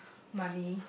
money